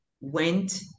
went